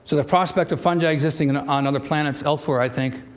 so the prospect of fungi existing and on other planets elsewhere, i think,